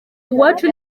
iwacu